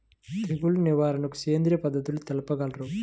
తెగులు నివారణకు సేంద్రియ పద్ధతులు తెలుపగలరు?